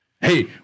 Hey